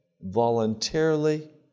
voluntarily